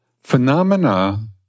phenomena